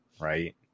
right